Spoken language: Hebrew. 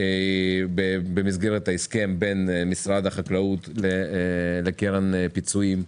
במסגרת ההסכם בין משרד החקלאות לקרן פיצויים,